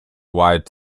wide